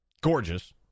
gorgeous